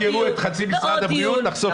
רק כשיסגרו את חצי משרד הבריאות נחסוך כסף.